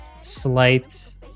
slight